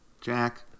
Jack